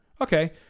Okay